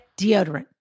deodorant